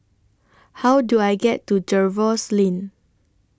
How Do I get to Jervois Lane